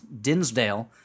Dinsdale